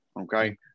okay